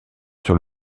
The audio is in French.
sur